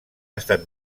estat